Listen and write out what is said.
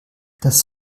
das